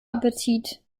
appetit